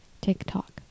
TikTok